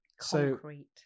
Concrete